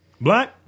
Black